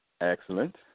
Excellent